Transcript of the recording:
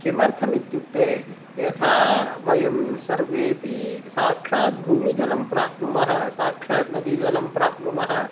किमर्थम् इत्युक्ते यथा वयं सर्वेऽपि साक्षात् भूमिजलं प्राप्नुमः साक्षात् नदीजलं प्राप्नुमः